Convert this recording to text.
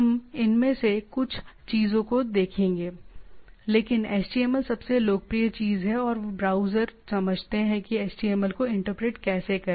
हम इनमें से कुछ चीजों को देखेंगे लेकिन HTML सबसे लोकप्रिय चीज है और ब्राउज़र समझते हैं कि HTML को इंटरप्रेट कैसे करें